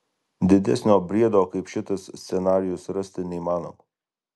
didesnio briedo kaip šitas scenarijus rasti neįmanoma